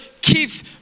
keeps